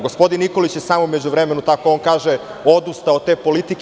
Gospodin Nikolić je samo u međuvremenu, tako on kaže, odustao od te politike.